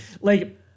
like-